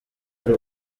ari